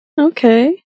Okay